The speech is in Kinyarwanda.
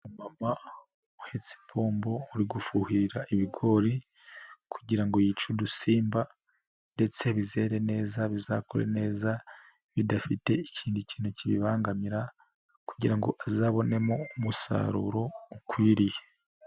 Umu mama uhetse ipombo uri gufuhira ibigori, kugira ngo yice udusimba ndetse bizere neza bizakure neza, bidafite ikindi kintu kibibangamira, kugira ngo azabonemo umusaruro ukwiriye.